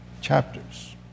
chapters